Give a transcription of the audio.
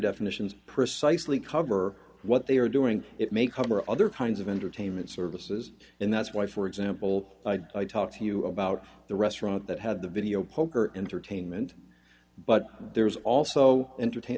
definitions precisely cover what they are doing it may cover other kinds of entertainment services and that's why for example i talk to you about the restaurant that have the video poker entertainment but there is also entertain